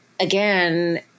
again